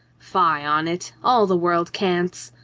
fie on it! all the world cants,